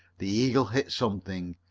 the eagle hit something.